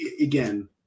again